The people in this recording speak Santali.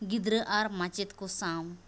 ᱜᱤᱫᱽᱨᱟᱹ ᱟᱨ ᱢᱟᱪᱮᱫᱠᱚ ᱥᱟᱶ